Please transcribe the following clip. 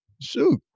shoot